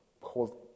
hold